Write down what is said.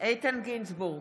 איתן גינזבורג,